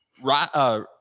right